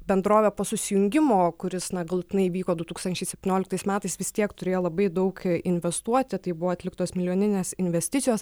bendrovė po susijungimo kuris na galutinai įvyko du tūkstančiai septynioliktais metais vis tiek turėjo labai daug investuoti tai buvo atliktos milijoninės investicijos